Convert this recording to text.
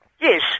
Yes